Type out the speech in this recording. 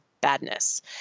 badness